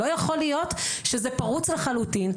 לא יכול להיות שזה פרוץ לחלוטין.